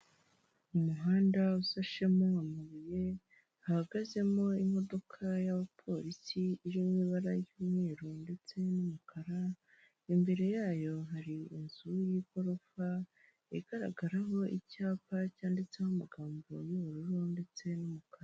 Umuhanda usashemo amabuye, hahagazemo imodoka y'abapolisi iri mu ibara ry'umweru ndetse n'umukara, imbere yayo hari inzu y'igorofa igaragaraho icyapa cyanditseho amagambo y'ubururu ndetse n'umukara.